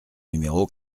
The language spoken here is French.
numéro